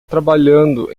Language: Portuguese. trabalhando